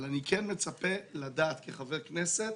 אבל אני מצפה לדעת כחבר כנסת